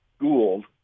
Gould